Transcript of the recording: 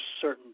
certain